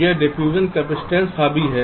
यह diffusion capacitance हावी है